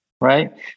right